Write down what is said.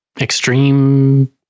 extreme